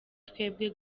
twebwe